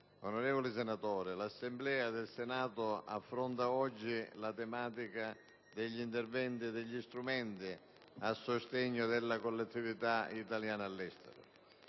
onorevoli senatori, l'Assemblea del Senato affronta oggi la tematica degli interventi e degli strumenti a sostegno delle collettività italiane all'estero.